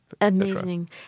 Amazing